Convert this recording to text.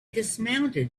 dismounted